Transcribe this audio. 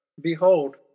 Behold